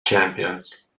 champions